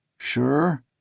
Sure